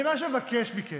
אני ממש מבקש מכם,